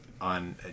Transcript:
on